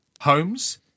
homes